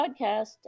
podcast